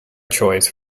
choice